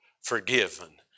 forgiven